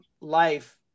life